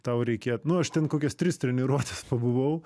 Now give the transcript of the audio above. tau reikė nu aš ten kokias tris treniruotes pabuvau